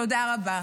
תודה רבה.